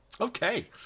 Okay